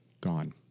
Gone